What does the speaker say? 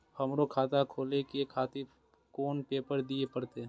हमरो खाता खोले के खातिर कोन पेपर दीये परतें?